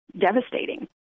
devastating